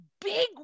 big